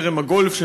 זרם הגולף,